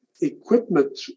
Equipment